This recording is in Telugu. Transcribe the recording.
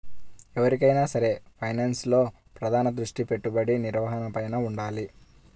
ఎవరికైనా సరే ఫైనాన్స్లో ప్రధాన దృష్టి పెట్టుబడి నిర్వహణపైనే వుండాలి